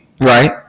Right